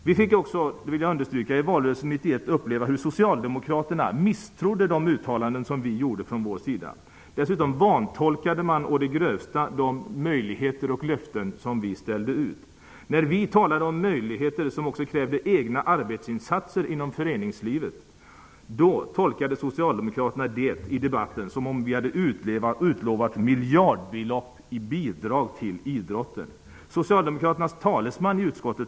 Vi fick också, det vill jag understryka, i valrörelsen 1991 uppleva hur Socialdemokraterna misstrodde de uttalanden som vi gjorde från Moderaternas sida. Dessutom vantolkade man å det grövsta de möjligheter och löften som vi gav. När vi talade om möjligheter som också krävde egna arbetsinsatser inom föreningslivet tolkade Socialdemokraterna det i debatten som att Moderaterna utlovat miljardbelopp i bidrag till idrotten.